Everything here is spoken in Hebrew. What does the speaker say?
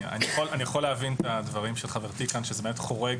יכול להבין את דברי חברתי שזה באמת חורג